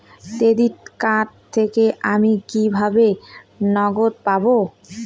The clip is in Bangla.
ক্রেডিট কার্ড থেকে আমি কিভাবে নগদ পাব?